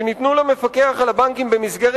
למרות העובדה שניתנו למפקח על הבנקים במסגרת